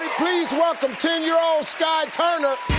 please welcome ten year old skye turner.